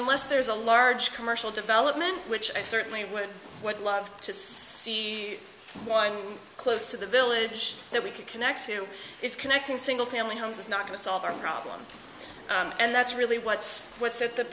unless there's a large commercial development which i certainly would love to see one close to the village that we could connect to this connecting single family homes is not going to solve our problem and that's really what's what's at the